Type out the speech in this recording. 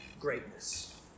greatness